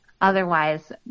otherwise